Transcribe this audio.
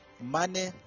money